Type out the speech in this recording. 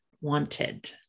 wanted